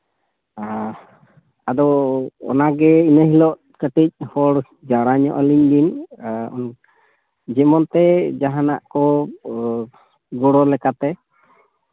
ᱚᱸᱻ ᱟᱫᱚ ᱚᱱᱟᱜᱮ ᱤᱱᱟᱹ ᱦᱤᱞᱳᱜ ᱠᱟᱹᱴᱤᱡ ᱦᱚᱲ ᱡᱟᱣᱨᱟ ᱧᱚᱜ ᱟᱹᱞᱤᱧ ᱵᱤᱱ ᱟᱨ ᱡᱮᱢᱚᱱ ᱛᱮ ᱡᱟᱦᱟᱱᱟᱜ ᱠᱚ ᱜᱚᱲᱚ ᱞᱮᱠᱟᱛᱮ